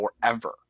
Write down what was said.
forever